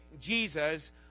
Jesus